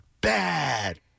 bad